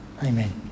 Amen